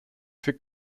für